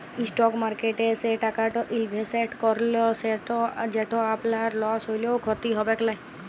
stock মার্কেটে সে টাকাট ইলভেসেট করুল যেট আপলার লস হ্যলেও খ্যতি হবেক লায়